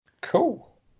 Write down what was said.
Cool